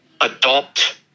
adopt